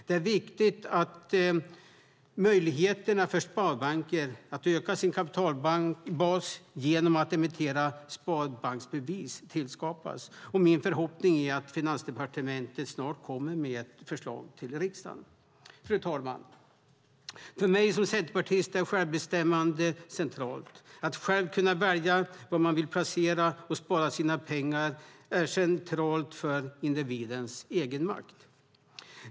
Det är viktigt att möjligheter för sparbanker att öka sin kapitalbas genom att emittera sparbanksbevis tillskapas. Min förhoppning är att Finansdepartementet snart kommer med ett förslag till riksdagen. Fru talman! För mig som centerpartist är självbestämmande centralt. Att själv kunna välja var man vill placera och spara sina pengar är centralt för individens egenmakt.